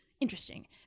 interesting